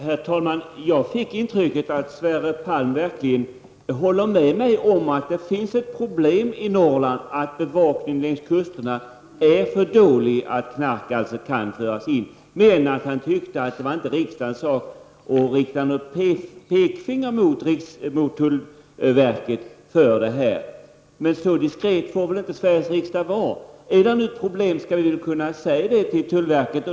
Herr talman! Jag fick intrycket att Sverre Palm verkligen håller med mig om att det finns problem i Norrland och att bevakningen av kusterna är för dålig så att knark kan föras in. Däremot tyckte han inte att det var riksdagens sak att rikta något pekfinger mot tullverket för detta. Så diskret får väl inte Sveriges riksdag vara? Finns där problem skall vi väl kunna säga det till tullverket?